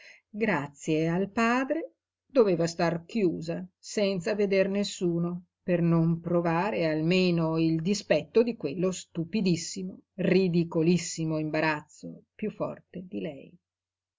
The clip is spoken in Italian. grazie al padre doveva star chiusa senza veder nessuno per non provare almeno il dispetto di quello stupidissimo ridicolissimo imbarazzo piú forte di lei